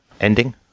ending